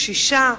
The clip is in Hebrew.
"קשישה".